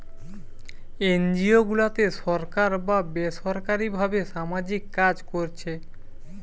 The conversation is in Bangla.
এনজিও গুলাতে সরকার বা বেসরকারী ভাবে সামাজিক কাজ কোরছে